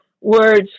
words